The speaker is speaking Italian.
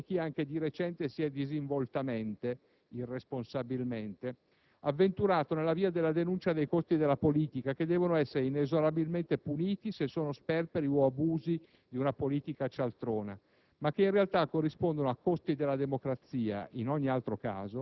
Mi permetto di sorridere pensando all'assordante silenzio giornalistico di chi, anche di recente, si è disinvoltamente (irresponsabilmente?) avventurato nella via della denuncia dei costi della politica, che devono essere inesorabilmente puniti, se sono sperperi o abusi di una politica cialtrona,